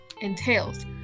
entails